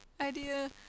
idea